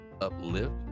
uplift